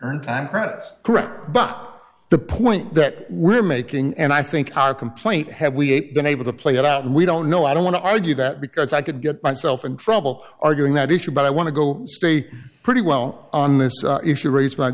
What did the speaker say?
about time credits correct but the point that we're making and i think our complaint have we been able to play it out and we don't know i don't want to argue that because i could get myself in trouble arguing that issue but i want to go stay pretty well on this issue ra